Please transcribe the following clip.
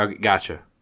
Gotcha